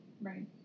Right